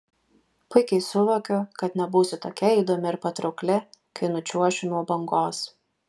puikiai suvokiu kad nebūsiu tokia įdomi ir patraukli kai nučiuošiu nuo bangos